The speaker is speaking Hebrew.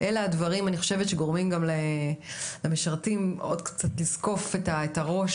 אני חושבת שאלה הדברים שגורמים למשרתים לזקוף עוד קצת את הראש